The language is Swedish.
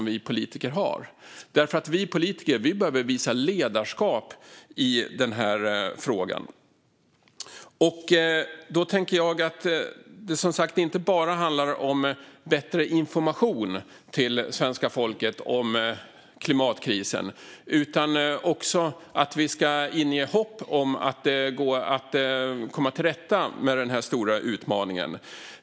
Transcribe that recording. Vi politiker behöver visa ledarskap i frågan. Det handlar som sagt inte bara om bättre information till svenska folket om klimatkrisen utan också om att inge hopp om att man kan komma till rätta med denna stora utmaning.